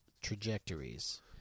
trajectories